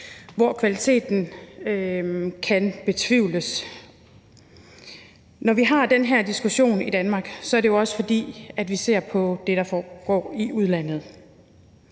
hvor kvaliteten kan betvivles. Når vi har den her diskussion i Danmark, er det jo også, fordi vi ser på det, der foregår i udlandet.